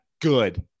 Good